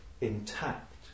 intact